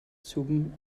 zum